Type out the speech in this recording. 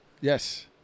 Yes